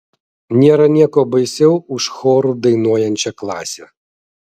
nėra nieko baisiau už choru dainuojančią klasę